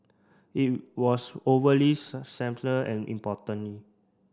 it was overly and importantly